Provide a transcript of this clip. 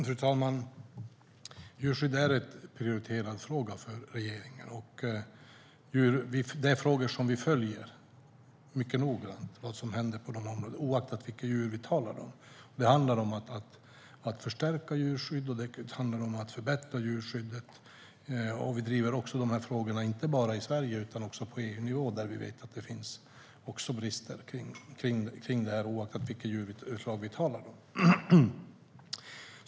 Fru talman! Djurskydd är en prioriterad fråga för regeringen. Vi följer mycket noga vad som händer på området, oavsett vilka djur vi talar om. Det handlar om att förstärka och förbättra djurskyddet. Vi driver de här frågorna inte bara i Sverige utan också på EU-nivå, där vi vet att det finns brister, oavsett vilket djurslag vi talar om.